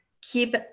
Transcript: keep